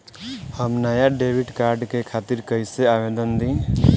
हम नया debit card के खातिर कइसे आवेदन दीं?